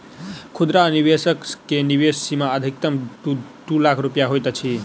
खुदरा निवेशक के निवेश सीमा अधिकतम दू लाख रुपया होइत अछि